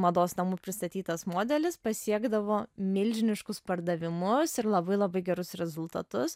mados namų pristatytas modelis pasiekdavo milžiniškus pardavimus ir labai labai gerus rezultatus